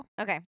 okay